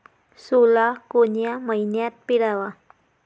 सोला कोन्या मइन्यात पेराव?